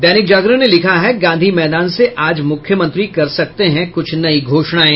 दैनिक जागरण ने लिखा है गांधी मैदान से आज मुख्यमंत्री कर सकते हैं कुछ नई घोषणाएं